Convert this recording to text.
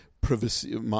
privacy